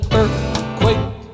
earthquake